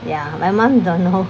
ya my mum don't know